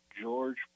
George